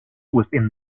within